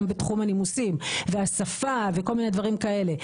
בתחום הנימוסים והשפה וכל מיני דברים כאלה,